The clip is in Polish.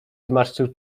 zmarszczył